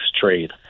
trade